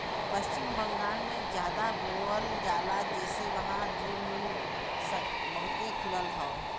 पश्चिम बंगाल में जादा बोवल जाला जेसे वहां जूल मिल बहुते खुलल हौ